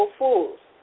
fools